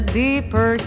deeper